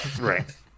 right